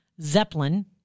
Zeppelin